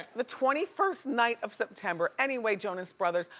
the twenty first night of september. anyway, jonas brothers,